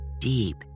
deep